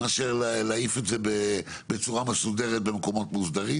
מאשר להעיף את זה בצורה מסודרת במקומות מוסדרים.